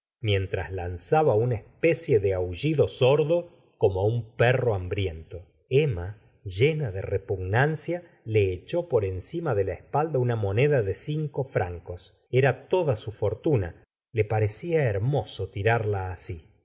mientras lanzaba una especie de aullido sordo como un perro hambriento emma llena de repugnancia le echó por encima de la espalda una moneda de cinco francos era toda su fortuna le parecla hermoso tirarla asi